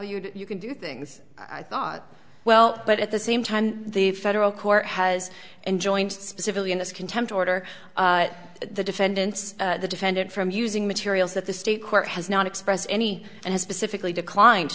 you you can do things i thought well but at the same time the federal court has enjoined specifically in this contempt order the defendants the defendant from using materials that the state court has not expressed any and has specifically declined